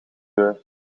deur